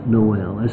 Noel